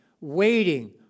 waiting